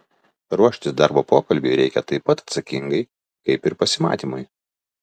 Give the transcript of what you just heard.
ruoštis darbo pokalbiui reikia taip pat atsakingai kaip ir pasimatymui